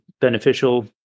beneficial